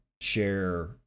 share